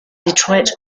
detroit